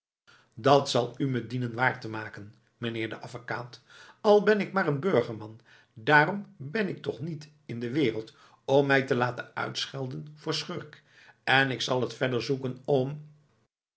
dat zal u me dienen waar te maken meneer de avekaat al ben ik maar een burgerman daarom ben ik toch niet in de wereld om mij te laten uitschelden voor schurk en ik zal het verder zoeken om